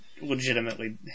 legitimately